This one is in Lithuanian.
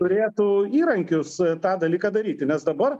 turėtų įrankius tą dalyką daryti nes dabar